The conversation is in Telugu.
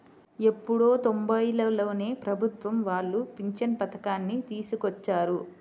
ఎప్పుడో తొంబైలలోనే ప్రభుత్వం వాళ్ళు పింఛను పథకాన్ని తీసుకొచ్చారు